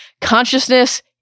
Consciousness